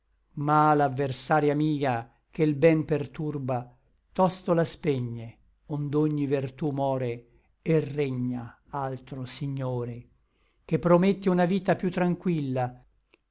ma l'adversaria mia che l ben perturba tosto la spegne ond'ogni vertú more et regna altro signore che promette una vita piú tranquilla